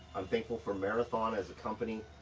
i'm thankful for marathon as a company,